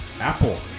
Apple